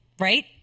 right